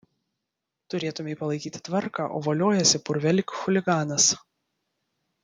turėtumei palaikyti tvarką o voliojiesi purve lyg chuliganas